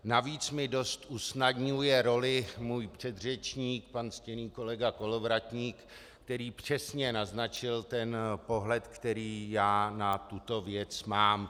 Navíc mi dost usnadňuje roli můj předřečník, pan ctěný kolega Kolovratník, který přesně naznačil pohled, který já na tuto věc mám.